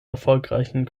erfolgreichen